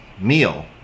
meal